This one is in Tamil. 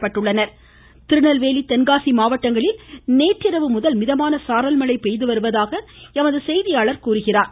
திருநெல்வேலி மழை திருநெல்வேலி தென்காசி மாவட்டங்களில் நேற்றிரவு முதல் மிதமான சாரல்மழை பெய்துவருவதாக எமது செய்தியாளர் தெரிவிக்கிறார்